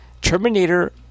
Terminator